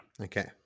Okay